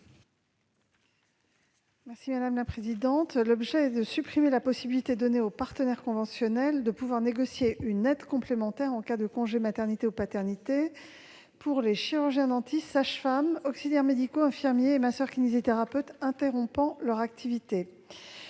est à Mme la ministre. Il s'agit de supprimer la possibilité donnée aux partenaires conventionnels de négocier une aide complémentaire en cas de congé maternité ou paternité pour les chirurgiens-dentistes, sages-femmes, auxiliaires médicaux, infirmiers et masseurs-kinésithérapeutes interrompant leur activité.